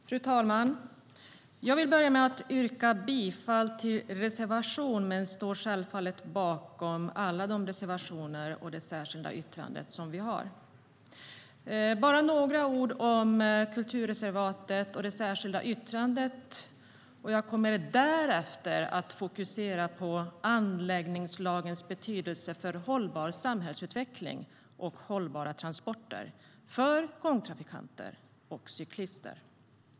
Fru talman! Jag börjar med att yrka bifall till reservation 2 men står självfallet bakom alla våra reservationer och vårt särskilda yttrande. Bara några ord om kulturreservatet och det särskilda yttrandet. Jag kommer därefter att fokusera på anläggningslagens betydelse för hållbar samhällsutveckling och hållbara transporter för gångtrafikanter och cyklister.